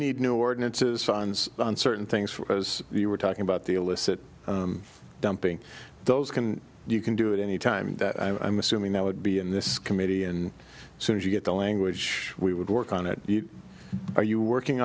need new ordinances signs on certain things for as you were talking about the illicit dumping those can you can do it any time that i'm assuming that would be in this committee and soon as you get the language we would work on it are you working